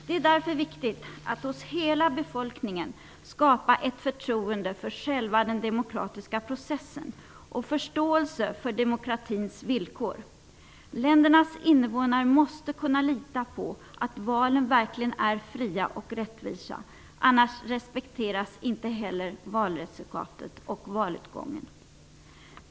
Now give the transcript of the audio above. Det är därför viktigt att hos hela befolkningen skapa ett förtroende för själva den demokratiska processen och förståelse för demokratins villkor. Ländernas invånare måste kunna lita på att valen verkligen är fria och rättvisa. Annars respekteras inte heller valresultatet och valutgången.